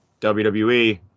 WWE